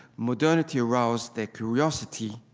modernity aroused their curiosity,